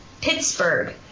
Pittsburgh